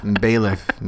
Bailiff